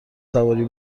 سواری